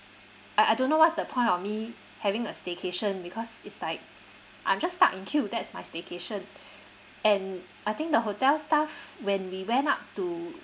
I I don't know what's the point of me having a staycation because it's like I'm just stuck in queue that's my staycation and I think the hotel staff when we went up to